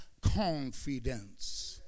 confidence